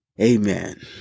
amen